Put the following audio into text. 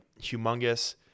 humongous